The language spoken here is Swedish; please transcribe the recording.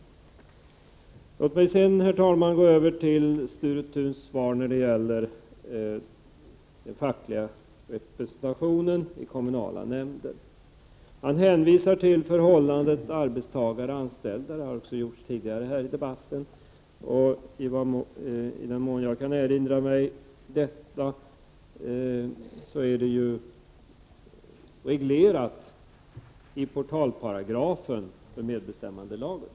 Herr talman! Jag går sedan över till det som Sture Thun sade om den fackliga representationen i kommunala nämnder. Han hänvisade till förhållandet mellan arbetstagare och anställda. Det har man även gjort här tidigare i debatten. Såvitt jag kan erinra mig är detta förhållande reglerat i portalparagrafen i medbestämmandelagen.